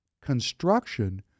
construction